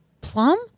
plum